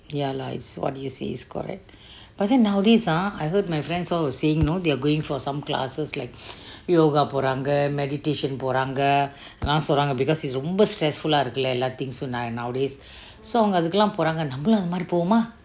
ya lah what you say is correct but then nowadays ah I heard my friends all were saying you know they're going for some classes like yoga போரங்கே:porangge meditation போரங்கே அதெல்லாம் சொல்றங்கே ரொம்பே:porangge athelam colrenka because things ரொம்பே:rombe stressful lah இருக்கே:irukke leh எல்லாம்:ellam things uh nowadays so அவெங்கே எல்லாம் போரங்கே நம்மளும் அதே மாதிரி பூவும்:avenke ellam poranka nammalum ate matiri puvum